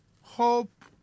Hope